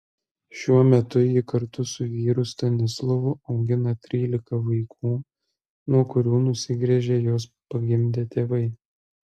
šiuo metu ji kartu su vyru stanislovu augina trylika vaikų nuo kurių nusigręžė juos pagimdę tėvai